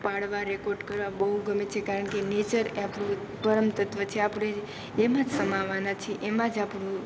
પાડવા રેકોર્ડ કરવા બહુ ગમે છે કારણ કે આપણું નેચર એ આપણું પરમતત્ત્વ છે આપણે એમાં જ સમાવાના છીએ એમાં જ આપણું